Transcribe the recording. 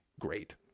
great